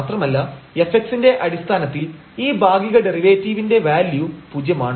മാത്രമല്ല fx ന്റെ അടിസ്ഥാനത്തിൽ ഈ ഭാഗിക ഡെറിവേറ്റീവിന്റെ വാല്യൂ പൂജ്യമാണ്